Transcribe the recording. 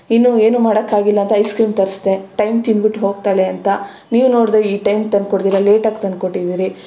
ಇನ್ನೂ ಏನು ಮಾಡಕಾಗಿಲ್ಲ ಅಂತ ಐಸ್ ಕ್ರೀಮ್ ತರಿಸ್ದೆ ಟೈಮ್ಗೆ ತಿಂದಿಬಿಟ್ಟು ಹೋಗ್ತಾಳೆ ಅಂತ ನೀವು ನೋಡಿದ್ರೆ ಈ ಟೈಮ್ಗೆ ತಂದು ಕೊಡ್ದಿರ ಲೇಟಾಗಿ ತಂದು ಕೋಟ್ಟಿದ್ದೀರಿ